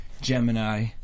Gemini